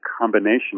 combination